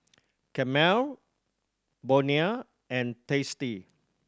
Camel Bonia and Tasty